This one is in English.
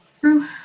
True